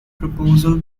proposal